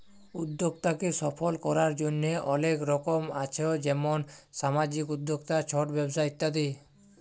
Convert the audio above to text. উদ্যক্তাকে সফল করার জন্হে অলেক রকম আছ যেমন সামাজিক উদ্যক্তা, ছট ব্যবসা ইত্যাদি